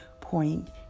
point